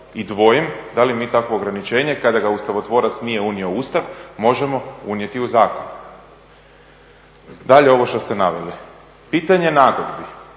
I dvojim da li mi takvo ograničenje kada ga ustavotvorac nije unio u Ustav možemo unijeti u zakon. Dalje ovo što ste naveli. Pitanje nagodbi